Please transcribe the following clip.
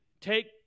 take